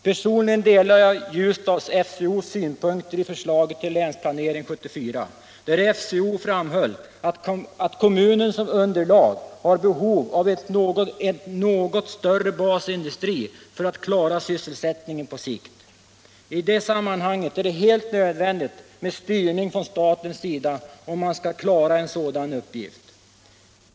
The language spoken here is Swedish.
Personligen delar jag Ljusdals FCO:s synpunkter i förslaget till Länsplanering 74, där FCO framhöll att kommunen som underlag har behov av en något större basindustri för att klara sysselsättningen på sikt. I det sammanhanget är det helt nödvändigt med en styrning från statens sida om man skall klara en sådan uppgift.